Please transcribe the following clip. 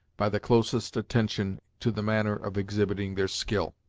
by the closest attention to the manner of exhibiting their skill.